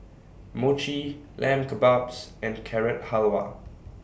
Mochi Lamb Kebabs and Carrot Halwa